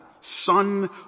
son